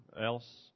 else